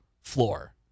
floor